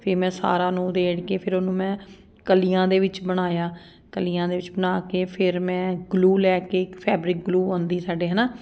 ਫਿਰ ਮੈਂ ਸਾਰਾ ਉਹਨੂੰ ਉਦੇੜ ਕੇ ਫਿਰ ਉਹਨੂੰ ਮੈਂ ਕਲੀਆਂ ਦੇ ਵਿੱਚ ਬਣਾਇਆ ਕਲੀਆਂ ਦੇ ਵਿੱਚ ਬਣਾ ਕੇ ਫਿਰ ਮੈਂ ਗਲੂ ਲੈ ਕੇ ਇੱਕ ਫੈਬਰਿਕ ਗਲੂ ਆਉਂਦੀ ਸਾਡੇ ਹੈ ਨਾ